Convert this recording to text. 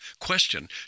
Question